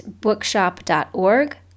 bookshop.org